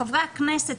חברי הכנסת,